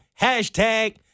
hashtag